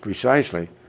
precisely